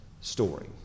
story